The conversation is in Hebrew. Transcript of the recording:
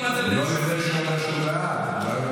לא לפני שהוא אומר שהוא בעד.